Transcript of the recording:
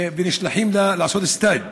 ונשלחים לעשות סטאז'